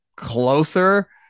Closer